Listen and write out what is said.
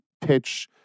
pitch